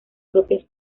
propias